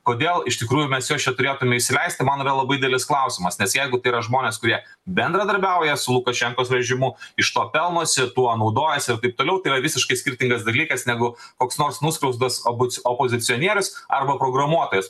kodėl iš tikrųjų mes juos čia turėtume įsileisti man yra labai didelis klausimas nes jeigu tai yra žmonės kurie bendradarbiauja su lukašenkos režimu iš to pelnosi tuo naudojasi ir taip toliau yra visiškai skirtingas dalykas negu koks nors nuskriaustas obuc opozicionierius arba programuotojas